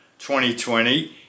2020